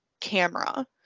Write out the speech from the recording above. camera